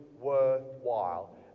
worthwhile